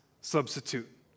substitute